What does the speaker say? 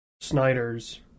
Snyder's